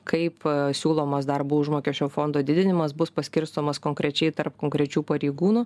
kaip siūlomas darbo užmokesčio fondo didinimas bus paskirstomas konkrečiai tarp konkrečių pareigūnų